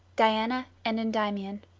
diana and endymion